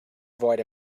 avoid